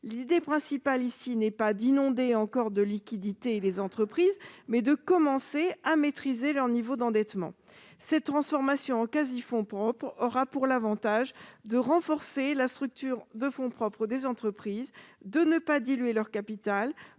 L'idée principale, ici, n'est pas d'inonder encore les entreprises de liquidités, mais de commencer à maîtriser leur niveau d'endettement. Cette transformation en quasi-fonds propres aura pour avantage de renforcer la structure de fonds propres des entreprises, de ne pas diluer leur capital